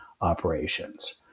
operations